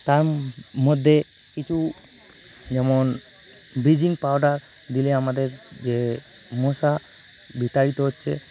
তার মধ্যে কিছু যেমন বেচিং পাউডার দিলে আমাদের যে মশা বিতাড়িত হচ্ছে